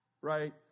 right